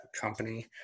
company